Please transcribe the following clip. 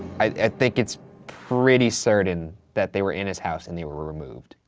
i think it's pretty certain that they were in his house and they were were removed,